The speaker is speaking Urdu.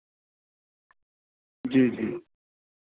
جی جی